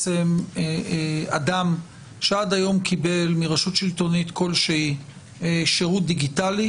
אדם שעד היום קיבל מרשות שלטונית כלשהי שירות דיגיטלי,